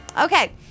Okay